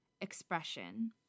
expression